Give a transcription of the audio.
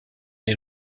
den